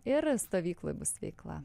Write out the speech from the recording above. ir stovykloj bus veikla